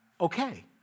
okay